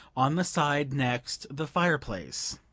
on the side next the fireplace.